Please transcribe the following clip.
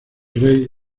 rey